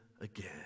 again